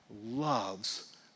loves